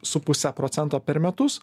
su puse procento per metus